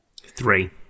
Three